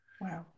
Wow